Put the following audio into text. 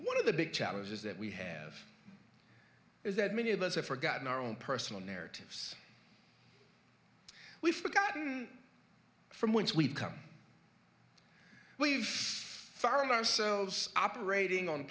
one of the big challenges that we have is that many of us have forgotten our own personal narratives we've forgotten from whence we've come we've found ourselves operating on